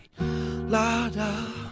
La-da